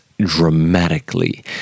dramatically